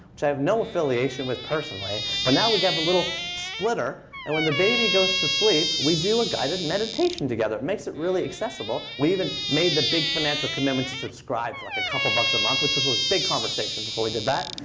which i have no affiliation with personally. but now we have the little splitter, and when the baby goes to sleep, we do a guided meditation together. it makes it really accessible. we even made the big financial commitment to subscribe for like a couple bucks a month, which was a big conversation before we did that.